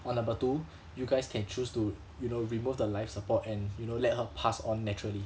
but number two you guys can choose to you know remove the life support and you know let her pass on naturally